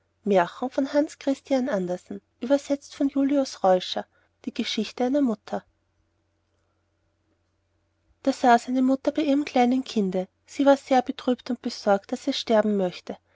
die geschichte von einer mutter da saß eine mutter bei ihrem kleinen kinde sie war sehr betrübt und besorgt daß es sterben möchte